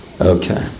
Okay